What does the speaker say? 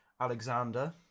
Alexander